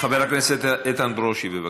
חבר הכנסת איתן ברושי, בבקשה.